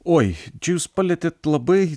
oi čia jūs palietėt labai